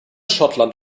schottland